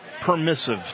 permissive